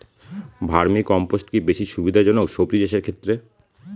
Vermi compost কি বেশী সুবিধা জনক সবজি চাষের ক্ষেত্রে?